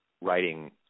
writing